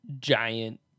giant